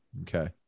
okay